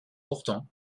pourtant